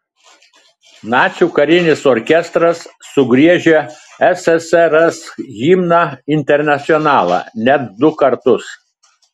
nacių karinis orkestras sugriežė ssrs himną internacionalą net du kartus